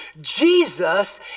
Jesus